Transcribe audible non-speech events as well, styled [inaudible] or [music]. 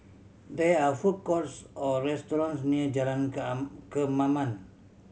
there are food courts or restaurants near Jalan [unintelligible] Kemaman